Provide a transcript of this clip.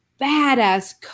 badass